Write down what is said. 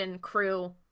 crew